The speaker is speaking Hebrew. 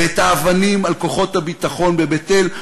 ואת האבנים על כוחות הביטחון בבית-אל,